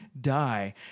die